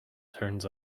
turns